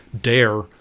dare